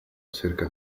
cerca